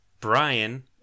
Brian